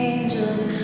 Angels